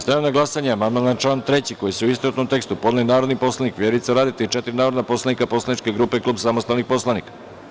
Stavljam na glasanje amandman na član 3. koji su, u istovetnom tekstu, podneli narodni poslanik Vjerica Radeta i četiri narodna poslanika poslaničke grupe Klub samostalnih poslanika.